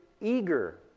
eager